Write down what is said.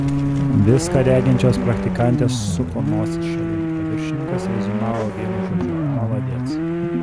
viską reginčios praktikantės suko nosis šalin o viršininkas reziumavo vienu žodžiu maladec